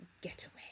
Getaway